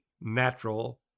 natural